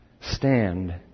stand